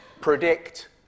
predict